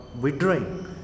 withdrawing